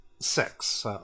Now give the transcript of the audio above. six